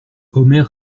omer